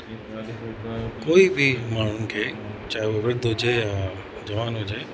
कोई बि माण्हूनि खे चाहे हू वृद्ध हुजे या जवान हुजे